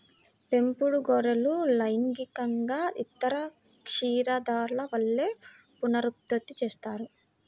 పెంపుడు గొర్రెలు లైంగికంగా ఇతర క్షీరదాల వలె పునరుత్పత్తి చేస్తాయి